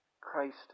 Christ